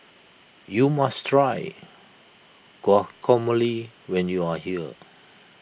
you must try Guacamole when you are here